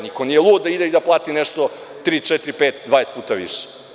Niko nije lud da ide i da plati nešto tri, četiri, pet, 20 puta više.